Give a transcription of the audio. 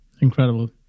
incredible